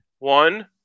One